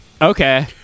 Okay